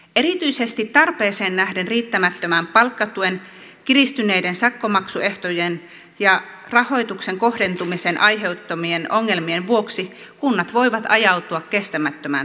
erityisesti tarpeeseen nähden riittämättömän palkkatuen kiristyneiden sakkomaksuehtojen ja rahoituksen kohdentumisen aiheuttamien ongelmien vuoksi kunnat voivat ajautua kestämättömään tilanteeseen